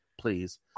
Please